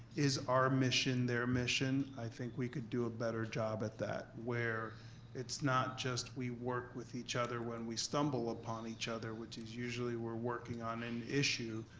is our mission their mission. i think we could do a better job at that, where it's not just we work with each other when we stumble upon each other, which is usually we're working on an issue,